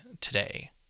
today